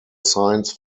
science